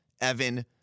Evan